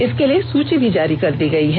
इसके लिए सूची भी जारी कर दी गयी है